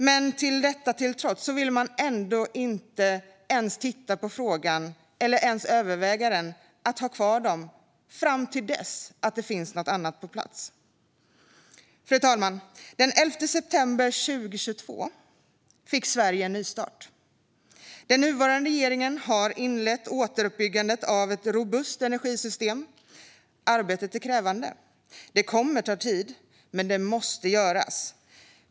Men detta till trots vill man inte ens överväga att ha kvar reaktorerna fram till dess att det finns något annat på plats. Fru talman! Den 11 september 2022 fick Sverige en nystart. Den nuvarande regeringen har inlett återuppbyggandet av ett robust energisystem. Arbetet är krävande. Det kommer att ta tid, men det måste göras.